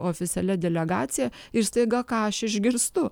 oficialia delegacija ir staiga ką aš išgirstu